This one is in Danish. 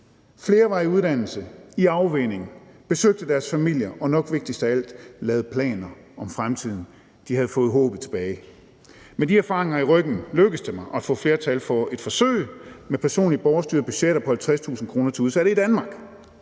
flere var i uddannelse, i afvænning, de besøgte deres familier – og nok vigtigst af alt: De lavede planer for fremtiden. De havde fået håbet tilbage. Med de erfaringer i ryggen lykkedes det mig at få flertal for et forsøg med personlige borgerstyrede budgetter på 50.000 kr. til udsatte i Danmark.